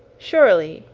surely,